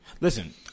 listen